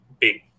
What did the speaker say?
big